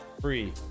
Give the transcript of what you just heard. free